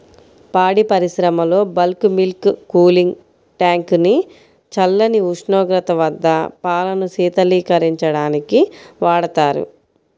పాడి పరిశ్రమలో bulk milk cooling tank ని చల్లని ఉష్ణోగ్రత వద్ద పాలను శీతలీకరించడానికి వాడతారు